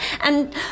and-